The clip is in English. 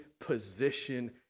position